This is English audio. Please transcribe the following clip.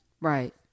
right